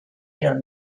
iron